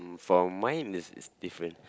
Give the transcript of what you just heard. for mine is is different